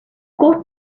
got